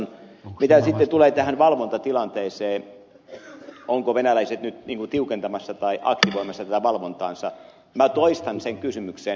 mitä sitten tulee tähän valvontatilanteeseen ovatko venäläiset nyt ikään kun tiukentamassa tai aktivoimassa tätä valvontaansa minä toistan sen kysymyksen